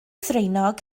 ddraenog